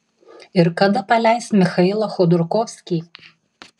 ir kada paleis michailą chodorkovskį